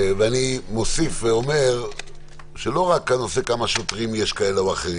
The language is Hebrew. ואני מוסיף ואומר שלא רק הנושא של כמה שוטרים יש כאלה או אחרים,